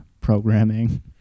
programming